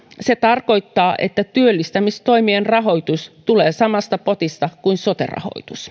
se tarkoittaa että työllistämistoimien rahoitus tulee samasta potista kuin sote rahoitus